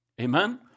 Amen